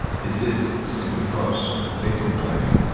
this is, simply put, victim blaming.